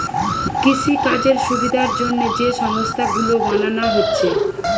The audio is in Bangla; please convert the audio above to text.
কৃষিকাজের সুবিধার জন্যে যে সংস্থা গুলো বানানা হচ্ছে